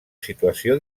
situació